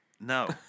No